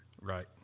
Right